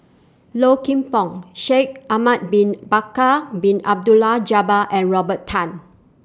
Low Kim Pong Shaikh Ahmad Bin Bakar Bin Abdullah Jabbar and Robert Tan